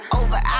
over